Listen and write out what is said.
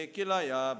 Kilaya